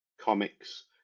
comics